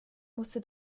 musste